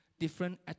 different